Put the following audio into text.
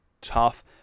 tough